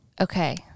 Okay